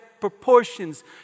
proportions